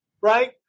right